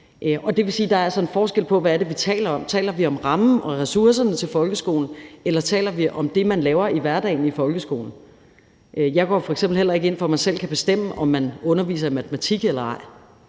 er en forskel på, hvad det er, vi taler om. Taler vi om rammen og ressourcerne til folkeskolen, eller taler vi om det, man laver i hverdagen i folkeskolen? Jeg går f.eks. heller ikke ind for, at man selv kan bestemme, om man underviser i matematik eller ej.